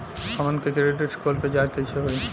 हमन के credit score के जांच कैसे होइ?